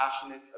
passionate